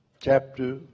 chapter